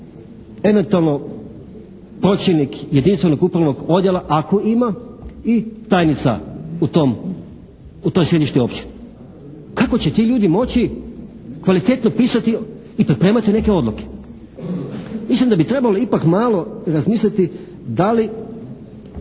eventualno pročelnik jedinstvenog kupovnog odjela ako ima i tajnica u tom, u tom sjedištu općine? Kako će ti ljudi moći kvalitetno pisati i pripremati neke odluke? Mislim da bi trebali ipak malo razmisliti da li